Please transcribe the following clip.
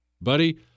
buddy